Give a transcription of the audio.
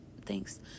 thanks